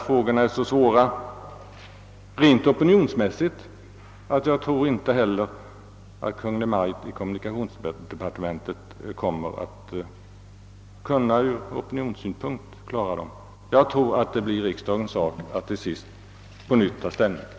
Frågorna är så svåra även ur rent opinionsmässig synpunkt att jag inte heller tror att Kungl. Maj:t i kommunikationsdepartementet kommer att kunna lösa dem. Min uppfattning är att det till sist blir riksdagen som på nytt får ta ställning i detta ärende.